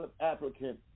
applicant